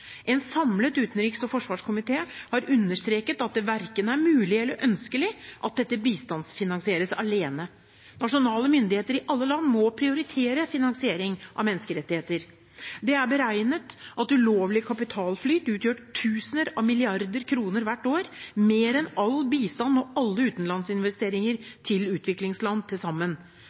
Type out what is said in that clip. En samlet utenriks- og forsvarskomité har understreket at det verken er mulig eller ønskelig at dette bistandsfinansieres alene. Nasjonale myndigheter i alle land må prioritere finansiering av menneskerettigheter. Det er beregnet at ulovlig kapitalflyt utgjør tusener av milliarder kroner hvert år – mer enn all bistand og alle utenlandsinvesteringer til utviklingsland til sammen.